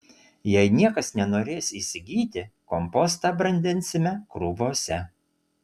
jei niekas nenorės įsigyti kompostą brandinsime krūvose